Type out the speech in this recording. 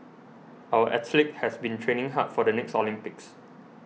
our athletes have been training hard for the next Olympics